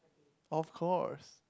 of course